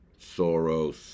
Soros